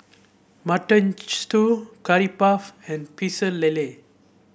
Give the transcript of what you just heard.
Mutton Stew Curry Puff and Pecel Lele